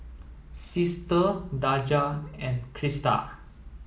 Sister Daja and Crista